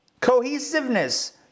cohesiveness